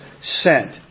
sent